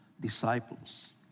disciples